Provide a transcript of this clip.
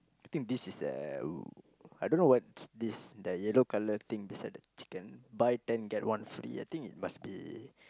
I think this is a I don't know what's this the yellow colour thing beside the chicken buy ten get one free I think it must be